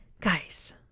Guys